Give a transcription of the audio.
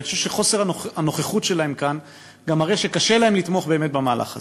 אני חושב שחוסר הנוכחות שלהם כאן מראה שקשה להם לתמוך באמת במהלך הזה.